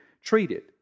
treated